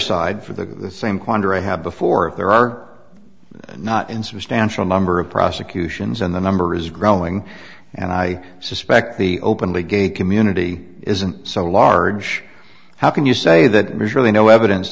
side for the same quandary i had before if there are not insubstantial number of prosecutions and the number is growing and i suspect the openly gay community isn't so large how can you say that there's really no evidence